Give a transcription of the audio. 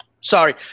Sorry